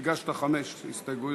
הגשת חמש הסתייגויות.